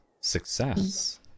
Success